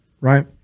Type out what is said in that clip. right